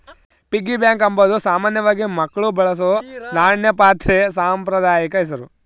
piggy bank ಅಂಬಾದು ಸಾಮಾನ್ಯವಾಗಿ ಮಕ್ಳು ಬಳಸೋ ನಾಣ್ಯ ಪಾತ್ರೆದು ಸಾಂಪ್ರದಾಯಿಕ ಹೆಸುರು